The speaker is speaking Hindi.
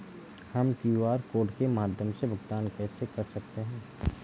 हम क्यू.आर कोड के माध्यम से भुगतान कैसे कर सकते हैं?